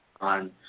on